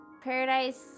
paradise